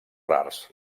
rars